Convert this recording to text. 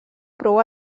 prou